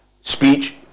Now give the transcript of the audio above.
speech